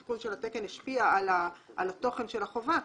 תיקון התקן השפיע על התוכן של החובה,